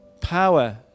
power